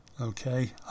Okay